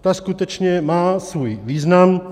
Ta skutečně má svůj význam.